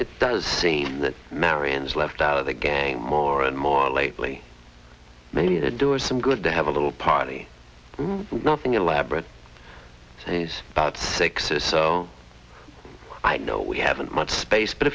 it does seem that marion's left out of the gang more and more lately maybe they're doing some good to have a little party nothing elaborate so he's about six or so i know we haven't much space but